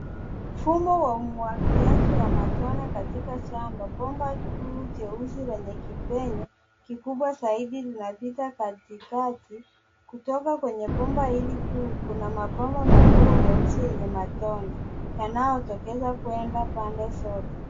Mfumo wa umwagiliaji wa matone katika shamba. Bomba kuu jeusi lenye kipenye kikubwa zaidi linapita katikati. Kutoka kwenye bomba hili kuu, kuna mabomba madogo meusi enye matone yanayotokeza kwenda pande zote.